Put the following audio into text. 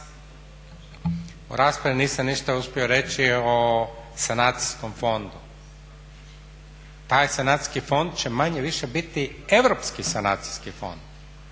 u raspravi nisam ništa uspio reći o sanacijskom fondu. Taj sanacijski fond će manje-više biti europski sanacijski fond,